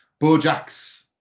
Bojack's